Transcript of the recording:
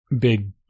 big